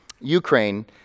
Ukraine